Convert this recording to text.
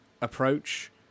approach